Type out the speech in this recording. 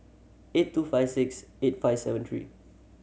eight two five six eight five seven three